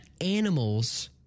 animals